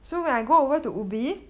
so when I go over to ubi